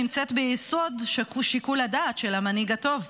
נמצאת ביסוד שיקול הדעת של המנהיג הטוב,